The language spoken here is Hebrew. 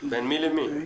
בין מי למי?